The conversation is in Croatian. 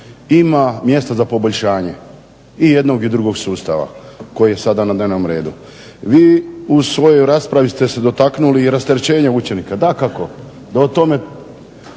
ima mjesta za poboljšanje i jednog i drugog sustava koji je sada na dnevnom redu. Vi u svojoj raspravi ste se dotaknuli i rasterećenja učenika, dakako da tome